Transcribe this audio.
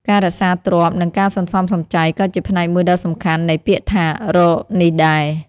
ការរក្សាទ្រព្យ និងការសន្សំសំចៃ ក៏ជាផ្នែកមួយដ៏សំខាន់នៃពាក្យថា «រក» នេះដែរ។